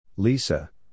Lisa